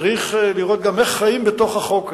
צריך לראות גם איך חיים בתוך החוק הזה.